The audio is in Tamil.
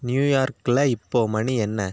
நியூயார்க்கில் இப்போது மணி என்ன